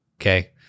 okay